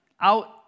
out